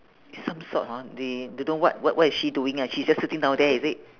some sort hor they do~ don't what what is she doing eh she's just sitting down there is it